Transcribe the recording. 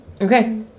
okay